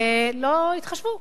ולא התחשבו.